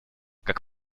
как